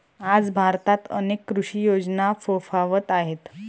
आज भारतात अनेक कृषी योजना फोफावत आहेत